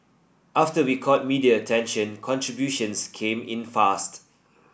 after we caught media attention contributions came in fast